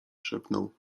szepnął